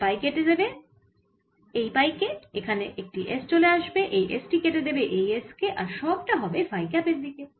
এই পাই কেটে দেবে এই পাই কেএখানে একটি s চলে আসবে এই s কেটে দেবে এই s কে আর সবটা হবে ফাই ক্যাপের দিকে